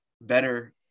better